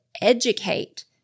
educate